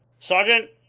sergeant,